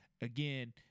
again